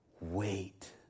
wait